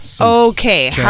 Okay